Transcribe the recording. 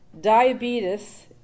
diabetes